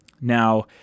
Now